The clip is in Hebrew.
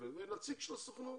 ותכניסו גם נציג של הסוכנות